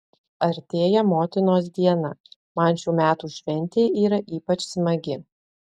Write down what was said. artėja motinos diena man šių metų šventė yra ypač smagi